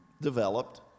developed